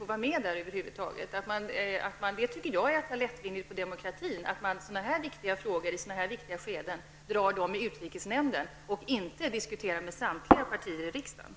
Jag tycker att det är litet märkligt, och jag tycker att man tar lättvindigt på demokratin, när man behandlar sådana viktiga frågor i viktiga skeden i utrikesnämnden och inte diskuterar dem med samtliga partier i riksdagen.